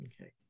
Okay